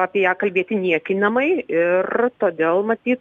apie ją kalbėti niekinamai ir todėl matyt